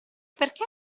perché